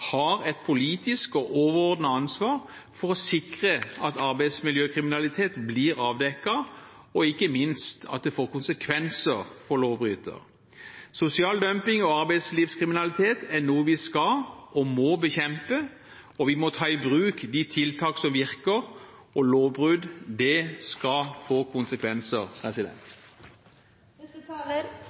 har et politisk og overordnet ansvar for å sikre at arbeidsmiljøkriminalitet blir avdekket, og ikke minst at det får konsekvenser for lovbryter. Sosial dumping og arbeidslivskriminalitet er noe vi skal og må bekjempe, og vi må ta i bruk de tiltak som virker. Lovbrudd skal få konsekvenser.